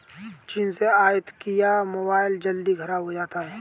चीन से आयत किया मोबाइल जल्दी खराब हो जाता है